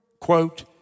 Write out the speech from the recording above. quote